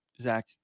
zach